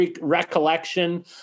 recollection